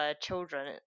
children